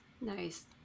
Nice